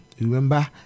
Remember